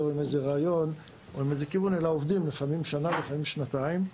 עם רעיון אלא עובדים שנה ולפעמים שנתיים.